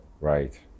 right